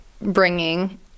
bringing